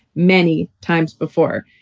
many times before.